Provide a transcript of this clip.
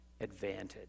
advantage